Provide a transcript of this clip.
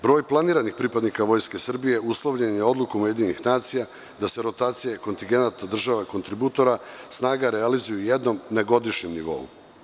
Broj planiranih pripadnika Vojske Srbije uslovljen je Odlukom UN da se rotacije kontigenata država kontributora snaga realizuju jednom na godišnjem nivou.